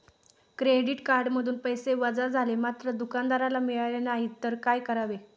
Credit कार्डमधून पैसे वजा झाले मात्र दुकानदाराला मिळाले नाहीत तर काय करावे?